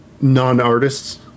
non-artists